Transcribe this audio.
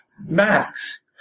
masks